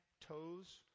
toes